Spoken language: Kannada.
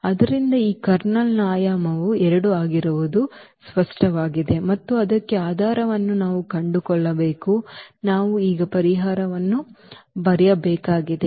ಆದ್ದರಿಂದ ಈ ಕರ್ನಲ್ನ ಆಯಾಮವು 2 ಆಗಿರುವುದು ಸ್ಪಷ್ಟವಾಗಿದೆ ಮತ್ತು ಅದಕ್ಕೆ ಆಧಾರವನ್ನು ನಾವು ಕಂಡುಕೊಳ್ಳಬೇಕು ನಾವು ಈಗ ಪರಿಹಾರವನ್ನು ಬರೆಯಬೇಕಾಗಿದೆ